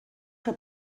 que